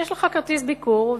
יש לך כרטיס ביקור,